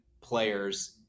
players